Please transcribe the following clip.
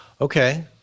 Okay